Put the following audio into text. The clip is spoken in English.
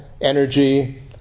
energy